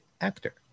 actor